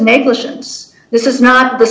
negligence this is not the